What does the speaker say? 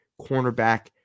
cornerback